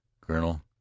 colonel